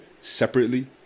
separately